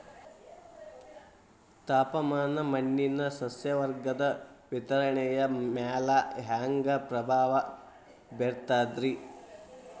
ತಾಪಮಾನ ಮಣ್ಣಿನ ಸಸ್ಯವರ್ಗದ ವಿತರಣೆಯ ಮ್ಯಾಲ ಹ್ಯಾಂಗ ಪ್ರಭಾವ ಬೇರ್ತದ್ರಿ?